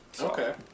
Okay